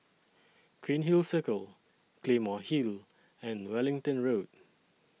Cairnhill Circle Claymore Hill and Wellington Road